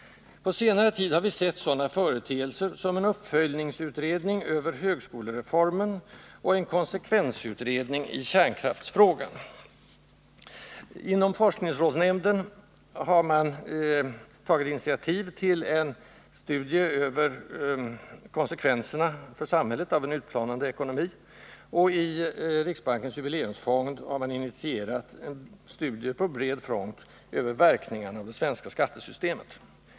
På senare tid har vi sett sådana företeelser som en uppföljningsutredning över högskolereformen och en konsekvensutredning i kärnkraftsfrågan. Inom forskningsrådsnämnden har man tagit initiativ till studier av konsekvenserna för samhället av en utplanande ekonomi. I riksbankens jubileumsfond har man initierat en studie på bred front av verkningarna av det svenska skattesystemet.